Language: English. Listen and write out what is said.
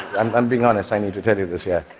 um i'm being honest. i need to tell you this here.